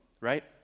right